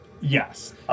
Yes